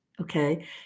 Okay